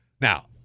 Now